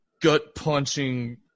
gut-punching